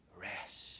rest